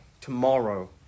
tomorrow